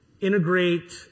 integrate